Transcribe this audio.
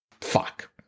Fuck